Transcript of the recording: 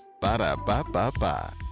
Ba-da-ba-ba-ba